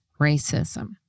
racism